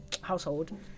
household